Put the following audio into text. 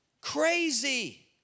Crazy